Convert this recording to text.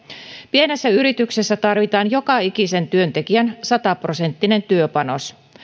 pienessä yrityksessä tarvitaan joka ikisen työntekijän sataprosenttinen työpanos